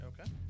Okay